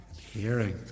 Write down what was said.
hearing